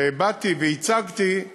כשבאתי והצגתי,